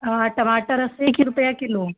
आ टमाटर अस्सी रुपये किलो